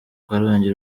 karongi